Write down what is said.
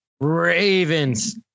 Ravens